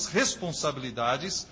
responsabilidades